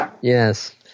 Yes